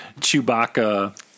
Chewbacca